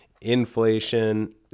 inflation